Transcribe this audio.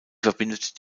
verbindet